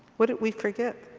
what did we forget?